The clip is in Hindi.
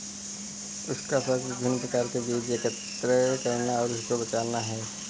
उसका शौक विभिन्न प्रकार के बीज एकत्र करना और उसे बचाना है